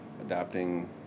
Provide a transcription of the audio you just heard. Adapting